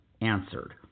answered